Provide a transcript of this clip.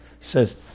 says